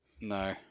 no